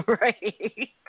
Right